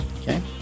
Okay